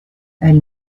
elle